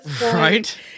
right